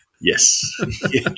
Yes